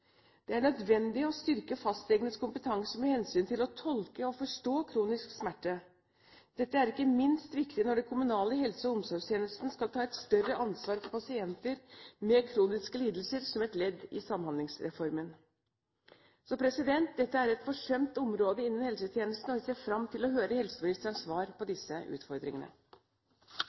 Det er nødvendig å styrke fastlegenes kompetanse med hensyn til å tolke og forstå kronisk smerte. Dette er ikke minst viktig når den kommunale helse- og omsorgstjenesten skal ta et større ansvar for pasienter med kroniske lidelser som et ledd i Samhandlingsreformen. Dette er et forsømt område innen helsetjenesten, og jeg ser fram til å høre helseministerens svar på disse utfordringene.